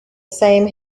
same